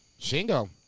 Shingo